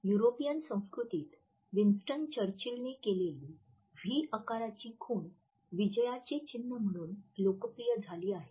European संस्कृतीत Winston चर्चिलने केलेली 'व्ही' आकाराची खूण विजयाचे चिन्ह म्हणून लोकप्रिय झाली आहे